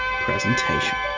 presentation